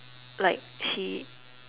like she